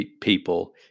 people